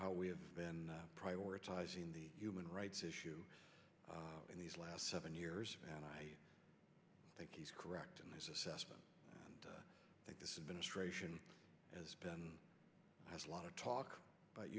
how we have been prioritizing the human rights issue in these last seven years and i think he's correct in this assessment and i think this is ministration has been has a lot of talk about